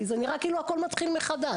כי זה נראה כאילו הכול מתחיל מחדש.